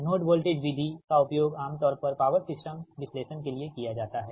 node voltage विधि का उपयोग आमतौर पर पॉवर सिस्टम विश्लेषण के लिए किया जाता है